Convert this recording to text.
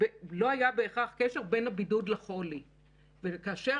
זה לא במדויק, כי שאר